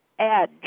edge